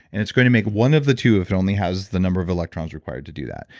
and it's going to make one of the two, if it only has the number of electrons required to do that,